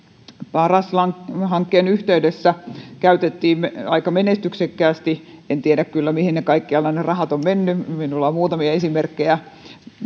paras hankkeen yhteydessä rahaa käytettiin aika menestyksekkäästi en kyllä tiedä mihin kaikkialle ne rahat ovat menneet minulla on muutamia esimerkkejä